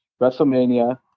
WrestleMania